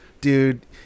dude